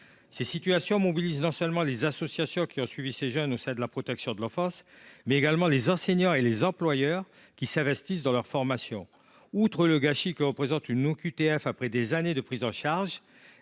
Ces situations mobilisent non seulement les associations qui ont suivi ces jeunes au sein de la protection de l’enfance, mais également les enseignants et employeurs qui s’investissent dans leur formation. Outre le gâchis que représente une OQTF après des années de prise en charge,